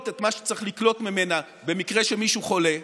את מה שצריך לקלוט ממנה במקרה שמישהו חולה,